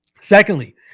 Secondly